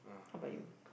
how about you